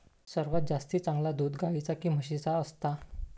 सर्वात जास्ती चांगला दूध गाईचा की म्हशीचा असता?